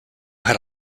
had